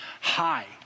high